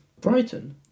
Brighton